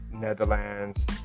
Netherlands